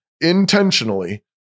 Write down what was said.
intentionally